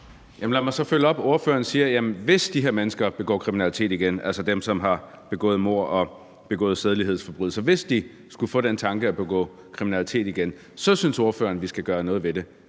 Lad mig så følge yderligere op. Ordføreren siger, at hvis de her mennesker, som har begået mord og sædelighedsforbrydelser, skulle få den tanke at begå kriminalitet igen, så synes ordføreren, at vi skal gøre noget ved det.